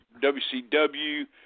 WCW